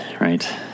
right